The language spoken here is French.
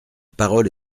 parole